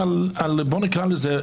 בואו נדע.